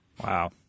Wow